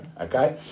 okay